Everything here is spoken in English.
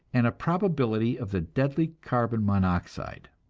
and a probability of the deadly carbon monoxide.